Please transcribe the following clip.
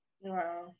wow